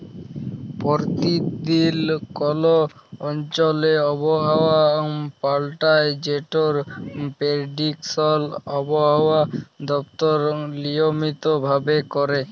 পরতিদিল কল অঞ্চলে আবহাওয়া পাল্টায় যেটর পেরডিকশল আবহাওয়া দপ্তর লিয়মিত ভাবে ক্যরে